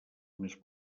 més